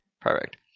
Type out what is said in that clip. perfect